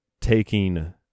taking